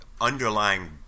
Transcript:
underlying